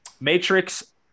Matrix